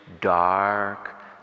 dark